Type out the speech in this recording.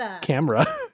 camera